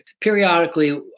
Periodically